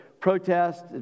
protests